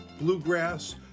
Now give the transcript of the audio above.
bluegrass